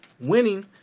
winning